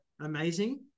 Amazing